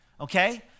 okay